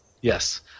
Yes